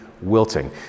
wilting